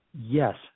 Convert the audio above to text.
Yes